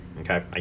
okay